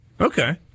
Okay